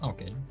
Okay